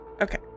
Okay